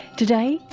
today,